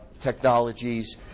technologies